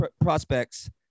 prospects